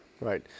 right